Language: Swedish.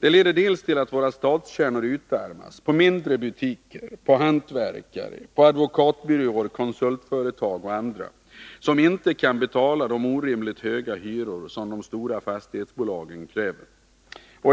Det här leder till att våra stadskärnor utarmas på mindre butiker, hantverkare, advokatbyråer, konsultföretag och andra företag, som inte kan betala de orimligt höga hyror som de stora fastighetsbolagen kräver.